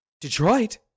Detroit